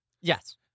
Yes